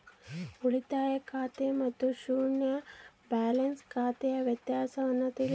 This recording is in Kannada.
ಉಳಿತಾಯ ಖಾತೆ ಮತ್ತೆ ಶೂನ್ಯ ಬ್ಯಾಲೆನ್ಸ್ ಖಾತೆ ವ್ಯತ್ಯಾಸ ತಿಳಿಸಿ?